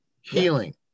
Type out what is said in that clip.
healing